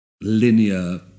linear